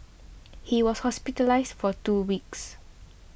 he was hospitalised for two weeks